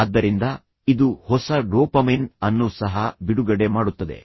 ಆದ್ದರಿಂದ ಇದು ಹೊಸ ಡೋಪಮೈನ್ ಅನ್ನು ಸಹ ಬಿಡುಗಡೆ ಮಾಡುತ್ತದೆ